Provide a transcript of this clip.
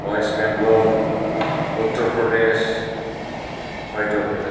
west Bengal Uttar Pradesh Madhya Pradesh